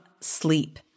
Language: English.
sleep